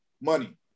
money